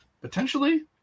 potentially